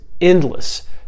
endless